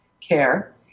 care